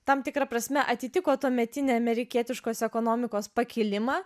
tam tikra prasme atitiko tuometinę amerikietiškos ekonomikos pakilimą